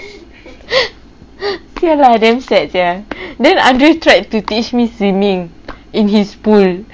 cry lah damn sad sia then andre tried to teach me swimming in his pool